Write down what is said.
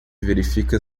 verifica